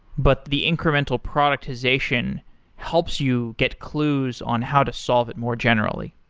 but the incremental productization helps you get clues on how to solve it more generally.